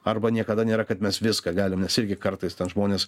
arba niekada nėra kad mes viską galim nes irgi kartais ten žmonės